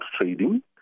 Trading